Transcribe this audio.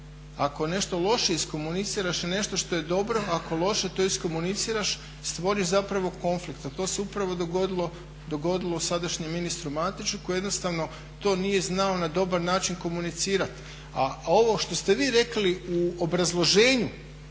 Ako nešto lošije iskomuniciraš nešto što je dobro ako loše to iskomuniciraš stvoriš zapravo konflikt a to se upravo dogodilo sadašnjem ministru Matiću koji jednostavno to nije znao na dobar način komunicirati. A ovo što ste vi rekli u obrazloženju